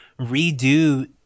redo